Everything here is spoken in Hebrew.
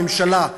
הממשלה,